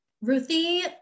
Ruthie